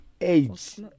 Age